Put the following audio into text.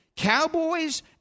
Cowboys